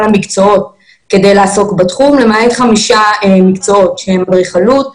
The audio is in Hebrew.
המקצועות כדי לעסוק בתחום למעט חמישה מקצועות שהם אדריכלות,